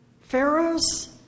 Pharaoh's